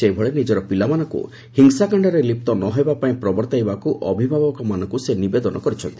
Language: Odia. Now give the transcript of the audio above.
ସେହିଭଳି ନିଜର ପିଲାମାନଙ୍କୁ ହିଂସାକାଣ୍ଡରେ ଲିପ୍ତ ନ ହେବା ପାଇଁ ପ୍ରବତାଇବାକୁ ଅଭିଭାବକମାନଙ୍କୁ ସେ ନିବେଦନ କରିଛନ୍ତି